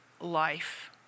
life